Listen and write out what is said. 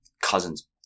Cousins